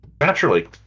naturally